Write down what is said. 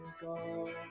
go